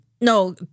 No